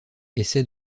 essaie